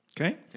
Okay